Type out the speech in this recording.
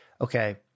okay